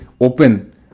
open